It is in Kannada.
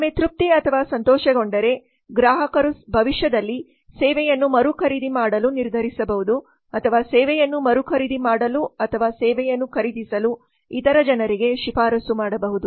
ಒಮ್ಮೆ ತೃಪ್ತಿ ಅಥವಾ ಸಂತೋಷಗೊಂಡರೆ ಗ್ರಾಹಕರು ಭವಿಷ್ಯದಲ್ಲಿ ಸೇವೆಯನ್ನು ಮರುಖರೀದಿ ಮಾಡಲು ನಿರ್ಧರಿಸಬಹುದು ಅಥವಾ ಸೇವೆಯನ್ನು ಮರುಖರೀದಿ ಮಾಡಲು ಅಥವಾ ಸೇವೆಯನ್ನು ಖರೀದಿಸಲು ಇತರ ಜನರಿಗೆ ಶಿಫಾರಸು ಮಾಡಬಹುದು